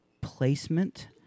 placement